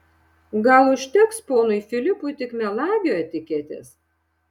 gal užteks ponui filipui tik melagio etiketės